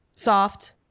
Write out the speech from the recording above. Soft